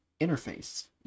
interface